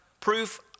proof